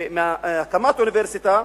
הקמת אוניברסיטה,